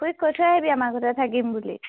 খুড়ীক কৈ থৈ আহিবি আমাৰ ঘৰতে থাকিম বুলি